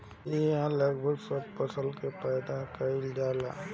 इहा लगभग सब फसल के पैदा कईल जाला